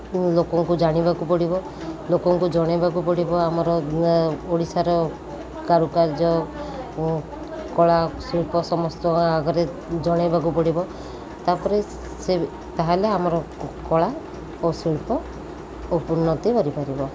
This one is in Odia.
ଲୋକଙ୍କୁ ଜାଣିବାକୁ ପଡ଼ିବ ଲୋକଙ୍କୁ ଜଣାଇବାକୁ ପଡ଼ିବ ଆମର ଓଡ଼ିଶାର କାରୁକାର୍ଯ୍ୟ ଓ କଳା ଶିଳ୍ପ ସମସ୍ତ ଆଗରେ ଜଣାଇବାକୁ ପଡ଼ିବ ତା'ପରେ ସେ ତା'ହେଲେ ଆମର କଳା ଓ ଶିଳ୍ପ ଉନ୍ନତି କରିପାରିବ